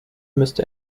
müsste